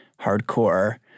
hardcore